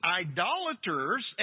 idolaters